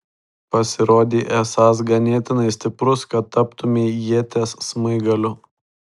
pasirodei esąs ganėtinai stiprus kad taptumei ieties smaigaliu